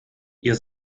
ihr